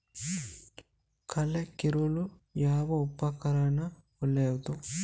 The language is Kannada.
ಕಳೆ ಕೀಳಲು ಯಾವ ಉಪಕರಣ ಒಳ್ಳೆಯದು?